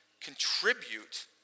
contribute